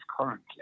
currently